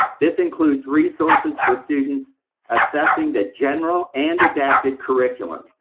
this includes resources for students assessing the general and adapted curriculum.